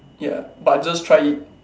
ya but just try it